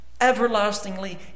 everlastingly